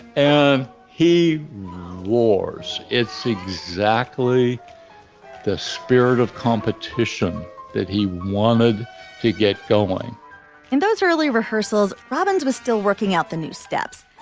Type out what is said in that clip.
and he warns it's exactly the spirit of competition that he wanted to get going in those early rehearsals, robbins was still working out the new steps.